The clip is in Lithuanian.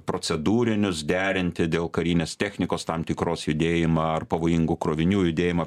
procedūrinius derinti dėl karinės technikos tam tikros judėjimą ar pavojingų krovinių judėjimą